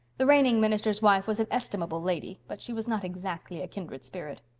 the reigning minister's wife was an estimable lady, but she was not exactly a kindred spirit.